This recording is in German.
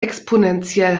exponentiell